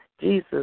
Jesus